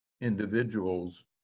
individuals